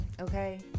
Okay